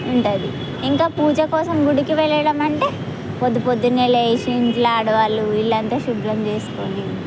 ఉంటుంది ఇంకా పూజ కోసం గుడికి వెళ్ళడం అంటే పొద్దు పొద్దున్నే లేచి ఇంట్లో ఆడవాళ్ళు ఇల్లు అంతా శుభ్రం చేసుకొని